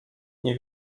nie